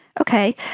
Okay